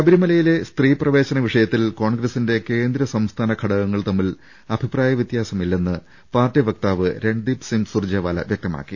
ശബരിമലയിലെ സ്ത്രീപ്രവേശന വിഷയത്തിൽ കോൺഗ്രസിന്റെ കേന്ദ്ര സംസ്ഥാന ഘടകങ്ങൾ തമ്മിൽ അഭിപ്രായ വൃത്യാസമില്ലെന്ന് പാർട്ടി വക്താവ് രൺദീപ് സിങ്ങ് സൂർജേവാല വ്യക്തമാക്കി